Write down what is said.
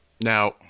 Now